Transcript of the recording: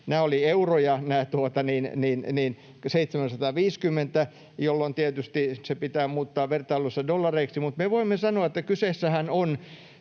750 oli euroja, jolloin se tietysti pitää muuttaa vertailussa dollareiksi — niin me voimme sanoa, että kyseessähän on